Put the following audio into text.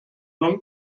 non